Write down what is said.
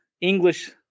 English